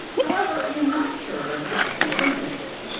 however, you're not sure whether the person is interested.